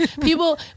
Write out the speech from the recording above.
people